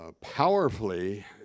powerfully